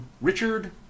Richard